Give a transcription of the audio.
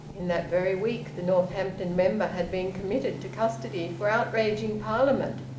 in that very week the northampton member had been committed to custody for outraging parliament,